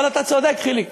אבל אתה צודק, חיליק,